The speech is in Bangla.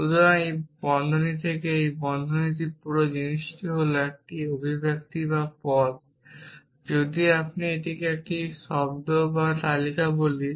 সুতরাং এই বন্ধনী থেকে এই বন্ধনীতে এই পুরো জিনিসটি হল একটি অভিব্যক্তি বা পদ যদি আপনি এটিকে একটি শব্দ বা তালিকা বলি